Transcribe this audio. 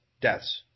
deaths